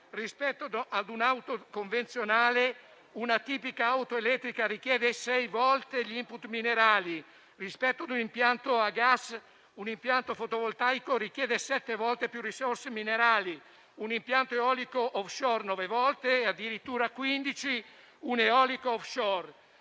rispetto a un'auto convenzionale, una tipica auto elettrica richiede sei volte gli *input* minerali; rispetto a un impianto a gas, un impianto fotovoltaico richiede sette volte più risorse minerali; un impianto eolico *on-shore* nove volte e addirittura uno *off-shore.*